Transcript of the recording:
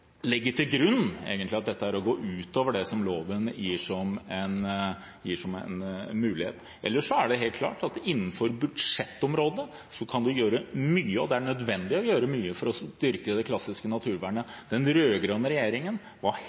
legger til grunn, egentlig, at dette er å gå utover det som loven gir som en mulighet. Ellers er det helt klart at innenfor budsjettområdet kan det gjøres mye – og det er nødvendig å gjøre mye – for å styrke det klassiske naturvernet. Den rød-grønne regjeringen var